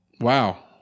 Wow